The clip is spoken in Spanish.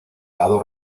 lado